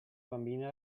bambina